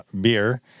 beer